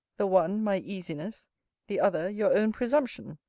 the one my easiness the other your own presumption.